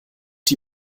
die